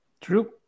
true